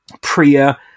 Priya